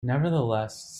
nevertheless